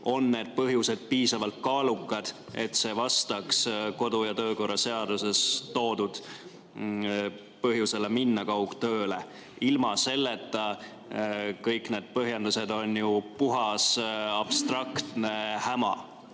on need põhjused piisavalt kaalukad, et see vastaks kodu- ja töökorra seaduses toodud põhjusele minna kaugtööle? Ilma selleta on kõik need põhjendused ju puhas abstraktne häma,